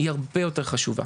הוא הרבה יותר חשוב.